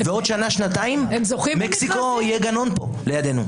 בעוד שנה-שנתיים מקסיקו יהיה גנון לידנו.